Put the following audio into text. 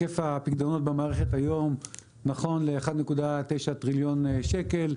היקף הפיקדונות במערכת היום נכון ל-1.9 טריליון שקל,